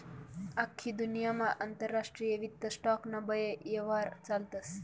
आख्खी दुन्यामा आंतरराष्ट्रीय वित्त स्टॉक ना बये यव्हार चालस